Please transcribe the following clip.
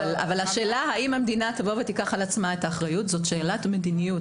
אבל השאלה האם המדינה תיקח על עצמה את האחריות זאת שאלת מדיניות,